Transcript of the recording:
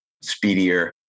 speedier